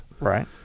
right